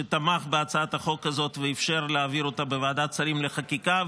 שתמך בהצעת החוק הזאת ואפשר להעביר אותה בוועדת שרים לחקיקה,